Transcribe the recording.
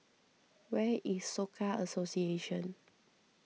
where is Soka Association